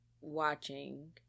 watching